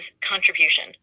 contribution